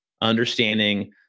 understanding